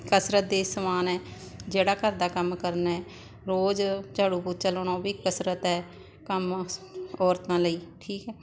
ਕਸਰਤ ਦੇ ਸਮਾਨ ਹੈ ਜਿਹੜਾ ਘਰ ਦਾ ਕੰਮ ਕਰਨਾ ਹੈ ਰੋਜ਼ ਝਾੜੂ ਪੋਚਾ ਲਾਉਣਾ ਉਹ ਵੀ ਕਸਰਤ ਹੈ ਕੰਮ ਔਰਤਾਂ ਲਈ ਠੀਕ ਹੈ